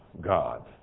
God